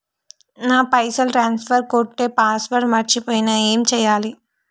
నా పైసల్ ట్రాన్స్ఫర్ కొట్టే పాస్వర్డ్ మర్చిపోయిన ఏం చేయాలి?